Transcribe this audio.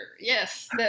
Yes